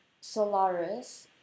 Solaris